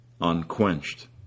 unquenched